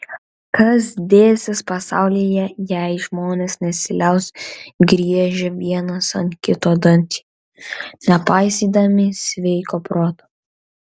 kas dėsis pasaulyje jei žmonės nesiliaus griežę vienas ant kito dantį nepaisydami sveiko proto